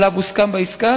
שעליו הוסכם בעסקה,